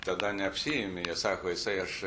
tada neapsiėmė jie sako jisai aš